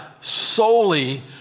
solely